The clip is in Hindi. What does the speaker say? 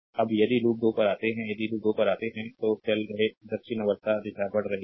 अब यदि लूप 2 पर आते हैं यदि लूप 2 पर आते हैं तो चल रहे हैं दक्षिणावर्त दिशा बढ़ रही है